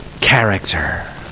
character